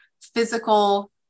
physical